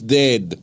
dead